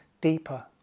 deeper